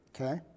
Okay